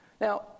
Now